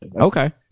Okay